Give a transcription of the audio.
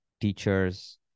teachers